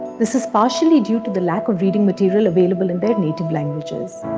this is partially due to the lack of reading material available in their native languages.